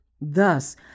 Thus